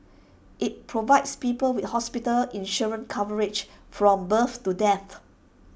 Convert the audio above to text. IT provides people with hospital insurance coverage from birth to death